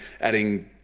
adding